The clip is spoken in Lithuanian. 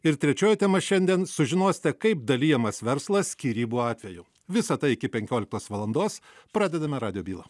ir trečioji tema šiandien sužinosite kaip dalijamas verslas skyrybų atveju visa tai iki penkioliktos valandos pradedame radijo bylą